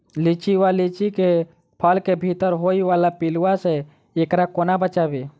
लिच्ची वा लीची केँ फल केँ भीतर होइ वला पिलुआ सऽ एकरा कोना बचाबी?